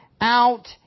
out